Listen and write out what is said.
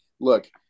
look